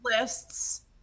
lists